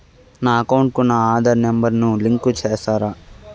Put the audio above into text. నా అకౌంట్ కు నా ఆధార్ నెంబర్ ను లింకు చేసారా